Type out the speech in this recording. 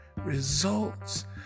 results